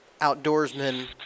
outdoorsmen